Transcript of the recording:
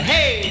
Hey